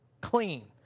clean